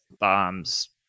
bombs